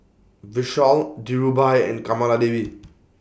Vishal Dhirubhai and Kamaladevi